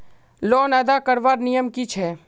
Loan अदा करवार नियम की छे?